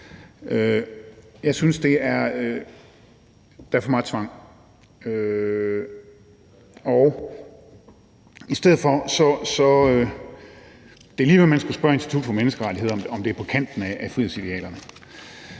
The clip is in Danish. Jeg synes, der er for meget tvang. Det er lige før, man skulle spørge Institut for Menneskerettigheder om, om det er på kanten af frihedsidealerne.